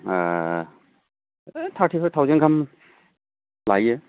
thirty-five thousand गाहाम लायो